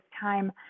time